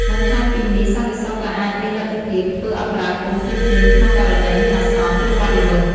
បន្ថែមពីនេះ សន្តិសុខក៏អាចមានលទ្ធភាពធ្វើអន្តរាគមន៍ភ្លាមៗក្នុងករណីមានអាសន្ន ឬបទល្មើស។